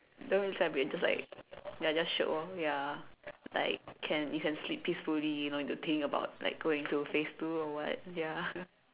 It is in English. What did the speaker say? don't really celebrate just like ya just shiok orh ya like can you can sleep peacefully don't need to think about like going to phase two or what ya